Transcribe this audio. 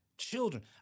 Children